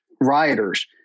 rioters